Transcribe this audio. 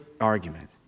argument